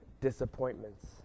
disappointments